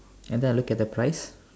and then I look at the price